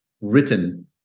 written